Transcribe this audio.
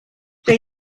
they